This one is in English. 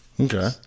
Okay